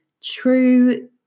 true